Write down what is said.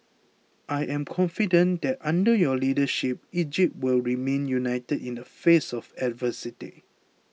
I am confident that under your leadership Egypt will remain united in the face of adversity